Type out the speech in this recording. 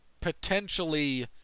potentially